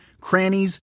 crannies